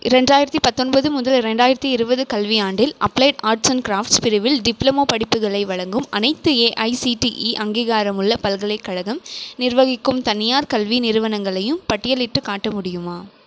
இரண்டாயிரத்து பத்தொன்பது முதல் இரண்டாயிரத்து இருபது கல்வியாண்டில் அப்ளைடு ஆர்ட்ஸ் அண்ட் கிராஃப்ட்ஸ் பிரிவில் டிப்ளமோ படிப்புகளை வழங்கும் அனைத்து ஏஐசிடிஇ அங்கீகாரமுள்ள பல்கலைக்கழகம் நிர்வகிக்கும் தனியார் கல்வி நிறுவனங்களையும் பட்டியலிட்டுக் காட்ட முடியுமா